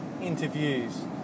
interviews